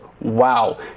Wow